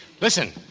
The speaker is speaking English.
Listen